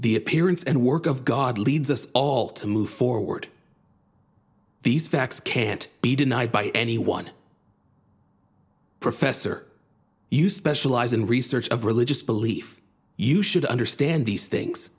the appearance and work of god leads us all to move forward these facts can't be denied by any one professor you specialize in research of religious belief you should understand these things